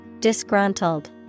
Disgruntled